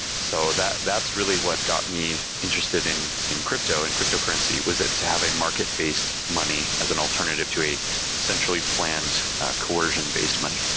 so that's really what got me interested in in crypto, in cryptocurrency, was that to have a market-based money as an alternative to a centrally planned coercion-based money.